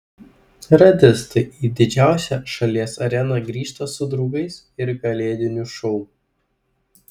radistai į didžiausią šalies areną grįžta su draugais ir kalėdiniu šou